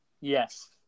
Yes